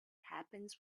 happens